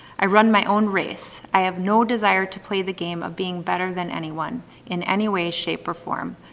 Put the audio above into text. i run my own race. i have no desire to play the game of being better than anyone in any way, shape, or form.